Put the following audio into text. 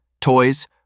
toys